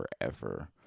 forever